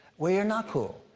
we are not cool.